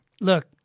Look